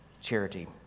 charity